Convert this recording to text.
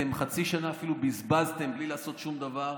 חצי שנה אפילו בזבזתם בלי לעשות שום דבר.